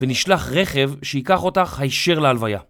‫ונשלח רכב שיקח אותך ‫הישר להלוויה.